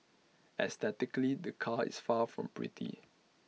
aesthetically the car is far from pretty